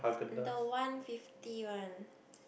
the one fifty one